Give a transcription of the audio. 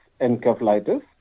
encephalitis